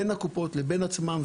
בין הקופות לבין עצמם,